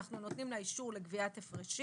אנחנו נותנים לה אישור לגביית הפרשים